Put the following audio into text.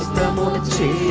double the